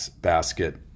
basket